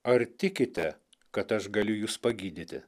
ar tikite kad aš galiu jus pagydyti